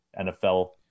NFL